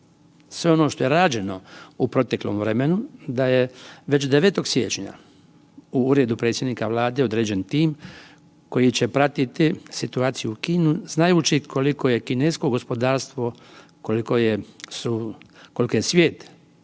sve ono što je rađeno u proteklom vremenu da je već 9. siječnja u Uredu predsjednika Vlade određen tim koji će pratiti situaciju u Kini znajući koliko je kinesko gospodarstvo, koliko je svije